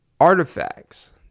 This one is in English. artifacts